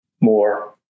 more